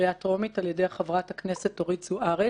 בקריאה טרומית על ידי חברת הכנסת אורית זוארץ.